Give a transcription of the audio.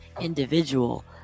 individual